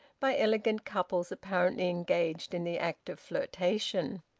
by elegant couples apparently engaged in the act of flirtation.